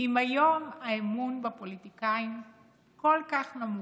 אם היום האמון בפוליטיקאים כל כך נמוך?